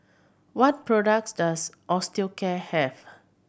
what products does Osteocare have